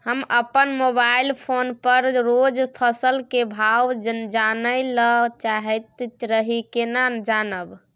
हम अपन mobile phone पर रोज फसल के भाव जानय ल चाहैत रही केना जानब?